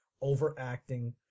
overacting